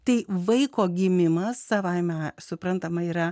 tai vaiko gimimas savaime suprantama yra